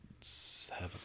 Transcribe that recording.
seven